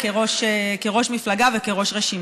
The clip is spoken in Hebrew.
כראש מפלגה וכראש רשימה.